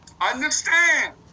Understand